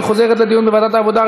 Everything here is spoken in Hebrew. והיא חוזרת לדיון בוועדת העבודה,